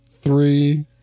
three